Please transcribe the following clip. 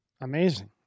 amazing